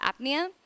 apnea